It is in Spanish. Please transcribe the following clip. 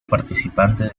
participante